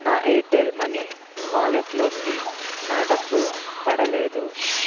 నా Airtel money వాలెట్లోకి నా డబ్బు పడలేదు